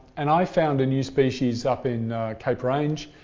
and i found a new species up in cape range.